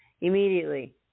immediately